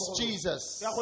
Jesus